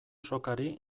sokari